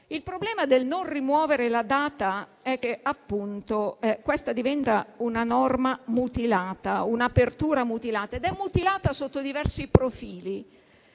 Il problema del non rimuovere la data è che, appunto, questa diventa una norma mutilata, un'apertura mutilata sotto diversi profili.